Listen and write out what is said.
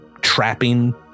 trapping